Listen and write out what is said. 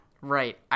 Right